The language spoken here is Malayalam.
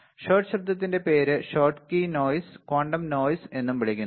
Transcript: ഷോട്ട് ശബ്ദത്തിന്റെ പേര് ഷോട്ട്കി നോയ്സ് ക്വാണ്ടം നോയ്സ് എന്നും വിളിക്കുന്നു